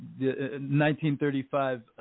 1935